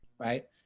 Right